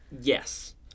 Yes